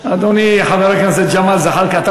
אדוני חבר הכנסת ג'מאל זחאלקה,